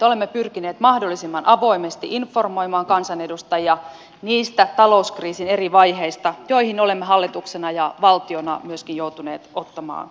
olemme pyrkineet mahdollisimman avoimesti informoimaan kansanedustajia niistä talouskriisin eri vaiheista joihin olemme hallituksena ja valtiona myöskin joutuneet ottamaan kantaa